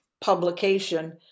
publication